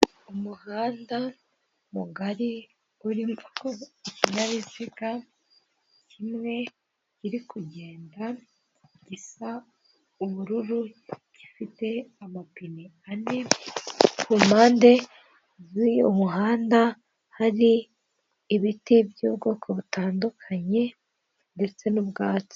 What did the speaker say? Umuhanda mugari urimo ikinyabiziga kimwe kiri kugenda gisa ubururu gifite amapine ane, ku mpande z'uyu muhanda hari ibiti by'ubwoko butandukanye ndetse n'ubwatsi.